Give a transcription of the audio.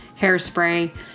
hairspray